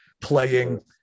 playing